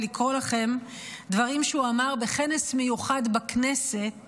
ולקרוא לכם דברים שהוא אמר בכנס מיוחד בכנסת